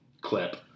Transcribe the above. clip